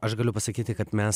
aš galiu pasakyti kad mes